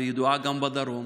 וידועה גם בדרום.